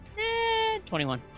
21